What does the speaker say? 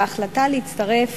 וההחלטה להצטרף